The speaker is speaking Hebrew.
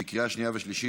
בקריאה שנייה ושלישית.